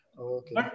Okay